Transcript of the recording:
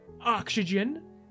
oxygen